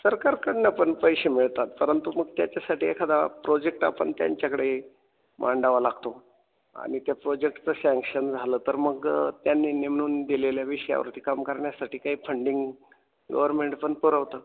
सरकारकडून पण पैसे मिळतात परंतु मग त्याच्यासाठी एखादा प्रोजेक्ट आपण त्यांच्याकडे मांडावा लागतो आणि त्या प्रोजेक्टचं शँक्शन झालं तर मग त्यांनी नेमून दिलेल्या विषयावरती काम करण्यासाठी काही फंडिंग गव्हर्मेंट पण पुरवतं